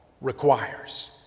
requires